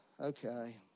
okay